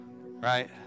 Right